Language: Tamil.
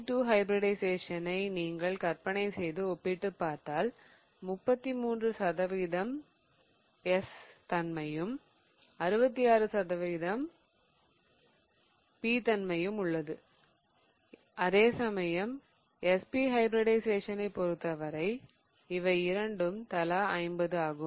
sp2 ஹைபிரிடிஷயேசனை நீங்கள் கற்பனை செய்து ஒப்பிட்டுப் பார்த்தால் 33 சதவிகிதம் s தன்மையும் 66 அல்லது 67 சதவிகிதம் p தன்மையும் உள்ளது அதேசமயம் sp ஹைபிரிடிஷயேசனைப் பொறுத்தவரை இவை இரண்டும் தலா 50 ஆகும்